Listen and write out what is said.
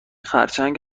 خرچنگ